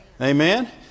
Amen